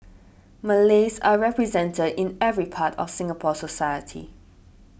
Malays are represented in every part of Singapore society